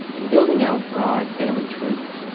and building out broad family trees.